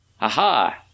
aha